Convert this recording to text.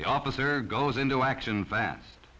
the officer goes into action fast